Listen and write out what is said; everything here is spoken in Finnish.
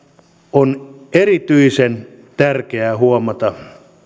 on erityisen tärkeää huomata